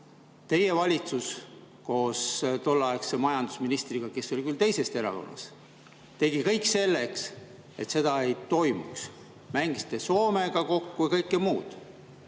Teie valitsus koos tolleaegse majandusministriga, kes oli küll teisest erakonnast, tegi kõik selleks, et seda ei toimuks. Te mängisite Soomega kokku ja kõike muud.